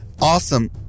Awesome